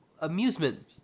amusement